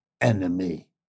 enemy